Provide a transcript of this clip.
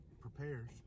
prepares